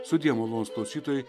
sudie malonūs klausytojai